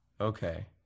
Okay